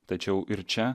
tačiau ir čia